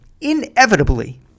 inevitably